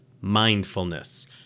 mindfulness